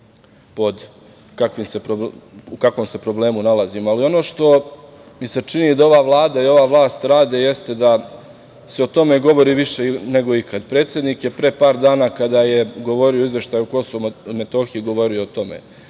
u kakvom se problemu nalazimo. Ono što mi se čini da ova vlada i ova vlast rade, jeste da se o tome govori više nego ikad. Predsednik je pre para dana kada je govorio o izveštaju Kosova i Metohije, govori o tome.